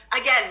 Again